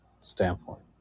standpoint